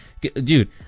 dude